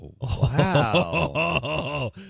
wow